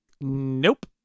Nope